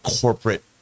corporate